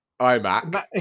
iMac